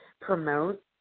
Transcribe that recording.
promote